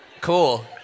Cool